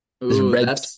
Red